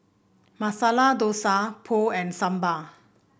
Masala Dosa Pho and Sambar